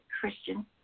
Christian